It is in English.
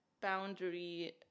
boundary